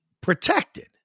protected